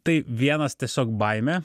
tai vienas tiesiog baimė